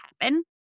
happen